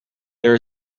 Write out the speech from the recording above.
there